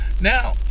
Now